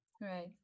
right